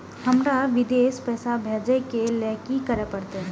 हमरा विदेश पैसा भेज के लेल की करे परते?